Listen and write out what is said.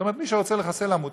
זאת אומרת: מי שרוצה לחסל עמותה,